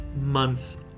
months